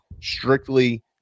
strictly